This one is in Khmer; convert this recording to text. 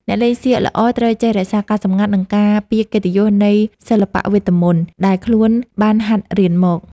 អ្នកលេងសៀកល្អត្រូវចេះរក្សាការសម្ងាត់ និង ការពារកិត្តិយសនៃសិល្បៈវេទមន្តដែលខ្លួនបានហាត់រៀនមក។